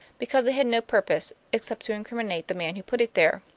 because it had no purpose, except to incriminate the man who put it there.